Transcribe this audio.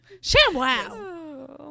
Shamwow